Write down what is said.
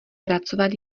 pracovat